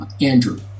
Andrew